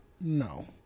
No